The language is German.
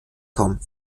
tom